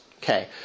Okay